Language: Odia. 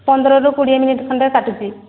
ପନ୍ଦରରୁ କୋଡ଼ିଏ ମିନିଟ୍ ଖଣ୍ଡେ କାଟୁଛି